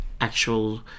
actual